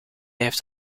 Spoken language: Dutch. heeft